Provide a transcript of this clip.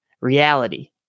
reality